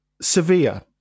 Sevilla